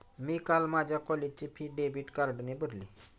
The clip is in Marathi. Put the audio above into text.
मी काल माझ्या कॉलेजची फी डेबिट कार्डने भरली